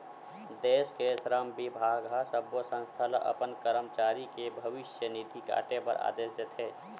देस के श्रम बिभाग ह सब्बो संस्था ल अपन करमचारी के भविस्य निधि काटे बर आदेस देथे